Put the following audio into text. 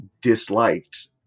disliked